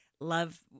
Love